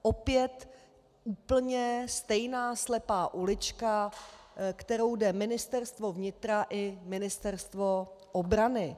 Opět úplně stejná slepá ulička, kterou jde Ministerstvo vnitra i Ministerstvo obrany.